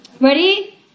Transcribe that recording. Ready